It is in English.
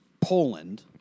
Poland